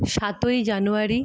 সাতই জানুয়ারি